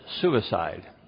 suicide